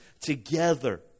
together